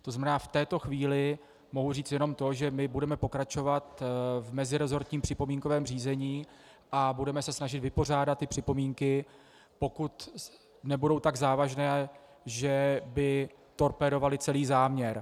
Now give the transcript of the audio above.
To znamená, v této chvíli mohu říct jenom to, že budeme pokračovat v meziresortním připomínkovém řízení a budeme se snažit vypořádat připomínky, pokud nebudou tak závažné, že by torpédovaly celý záměr.